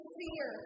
fear